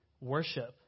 Worship